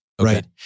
Right